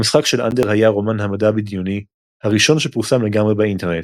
המשחק של אנדר היה רומן המדע־בדיוני הראשון שפורסם לגמרי באינטרנט,